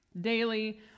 daily